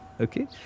Okay